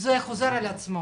זה חוזר על עצמו.